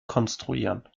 konstruieren